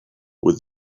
with